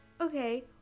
Okay